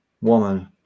woman